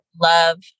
love